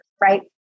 right